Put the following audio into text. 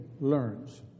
learns